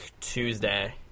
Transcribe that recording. Tuesday